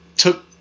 took